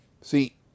See